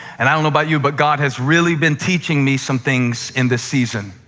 and i don't know about you, but god has really been teaching me some things in this season,